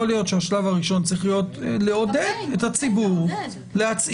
יכול להיות שהשלב הראשון צריך להיות לעודד את הציבור להצהיר.